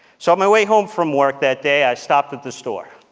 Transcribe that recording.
so on my way home from work that day i stopped at the store.